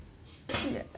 ya